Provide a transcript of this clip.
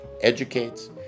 educates